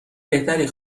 بهتری